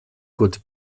good